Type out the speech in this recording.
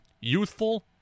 youthful